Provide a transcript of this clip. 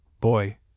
Boy